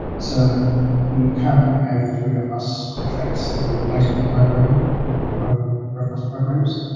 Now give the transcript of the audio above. so we currently have through our bus contracts, the replacement program and growth growth bus programs,